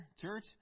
church